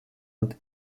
und